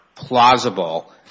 Plausible